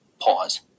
Pause